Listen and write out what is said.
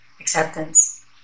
acceptance